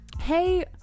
hey